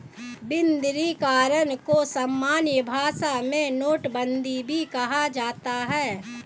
विमुद्रीकरण को सामान्य भाषा में नोटबन्दी भी कहा जाता है